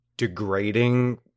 degrading